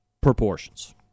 proportions